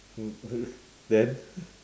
then